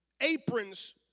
aprons